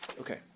Okay